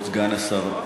כבוד סגן השר,